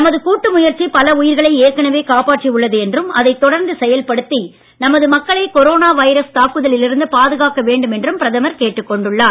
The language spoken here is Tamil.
நமது கூட்டு முயற்சி பல உயிர்களை ஏற்கனவே காப்பாற்றி உள்ளது என்றும் அதைத் தொடர்ந்து செயல்படுத்தி நமது மக்களை கொரோனா வைரஸ் தாக்கத்தில் இருந்து பாதுகாக்க வேண்டும் என்றும் பிரதமர் கேட்டுக் கொண்டுள்ளார்